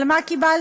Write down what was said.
אבל מה קיבלנו?